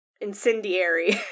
Incendiary